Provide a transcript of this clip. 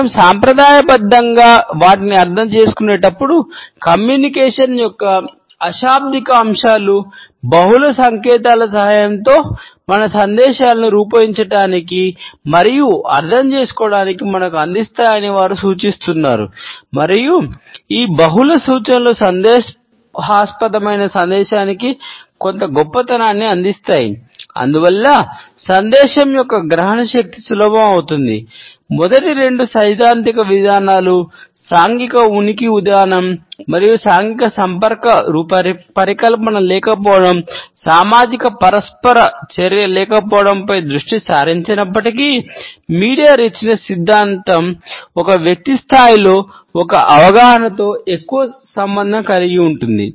మనం సంప్రదాయబద్ధంగా వాటిని అర్థం చేసుకునేటప్పుడు కమ్యూనికేషన్ సిద్ధాంతం ఒక వ్యక్తి స్థాయిలో ఒక అవగాహనతో ఎక్కువ సంబంధం కలిగి ఉంటుంది